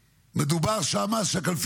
ולא לחזק ממשלה שכשלה.